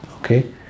okay